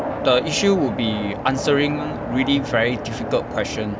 the issue would be answering really very difficult question